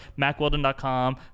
Macweldon.com